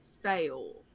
fail